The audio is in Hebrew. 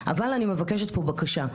אבל אני מבקשת פה בקשה,